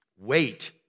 wait